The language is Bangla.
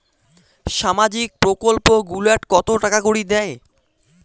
সামাজিক প্রকল্প গুলাট কত টাকা করি দেয়?